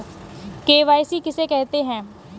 KYC किसे कहते हैं?